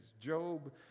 Job